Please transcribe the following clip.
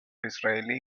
israelí